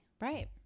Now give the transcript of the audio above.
right